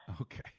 Okay